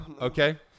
Okay